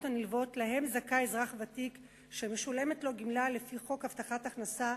הנלוות שלהן זכאי אזרח ותיק שמשולמת לו גמלה לפי חוק הבטחת הכנסה,